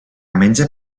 menja